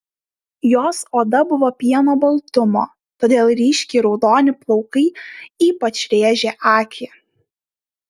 jos oda buvo pieno baltumo todėl ryškiai raudoni plaukai ypač rėžė akį